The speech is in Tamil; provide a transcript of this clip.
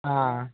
ஆ